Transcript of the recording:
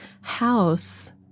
house